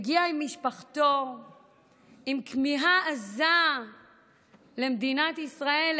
והגיע עם משפחתו עם כמיהה עזה למדינת ישראל,